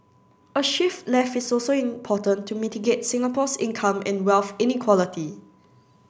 a shift left is also important to mitigate Singapore's income and wealth inequality